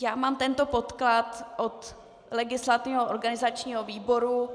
Já mám tento podklad od legislativního, organizačního výboru.